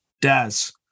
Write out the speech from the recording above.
Daz